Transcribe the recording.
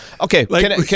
Okay